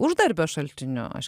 uždarbio šaltiniu aš